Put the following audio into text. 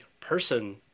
person